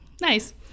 nice